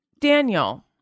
Daniel